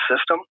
system